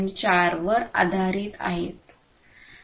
4 वर आधारित आहेत